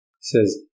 says